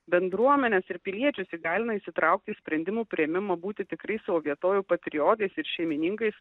bendruomenės ir piliečius įgalina įsitraukti į sprendimų priėmimą būti tikrais o vietovių patriotais ir šeimininkais